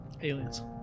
Aliens